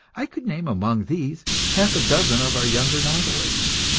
i could name among these half a dozen of our younger novelists.